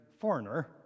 foreigner